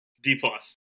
D-plus